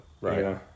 right